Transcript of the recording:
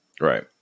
Right